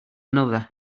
another